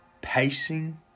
pacing